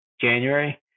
January